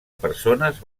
persones